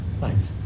Thanks